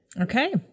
Okay